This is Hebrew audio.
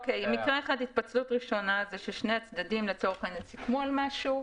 התפצלות ראשונה היא ששני הצדדים סיכמו על משהו,